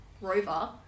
Rover